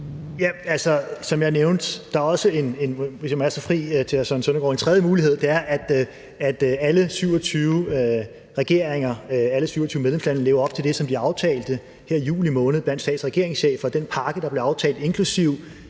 Altså, som jeg nævnte, hvis jeg må være så fri til hr. Søren Søndergaard, er der også en tredje mulighed, og det er, at alle 27 regeringer, alle 27 medlemslande, lever op til det, som de aftalte her i juli måned blandt stats- og regeringscheferne, altså den pakke, der blev aftalt, inklusive